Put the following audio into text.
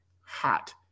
hot